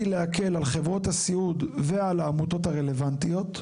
להקל על חברות הסיעוד ועל העמותות הרלוונטיות.